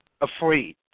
afraid